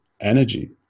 energy